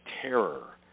terror